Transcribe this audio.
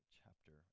chapter